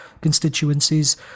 constituencies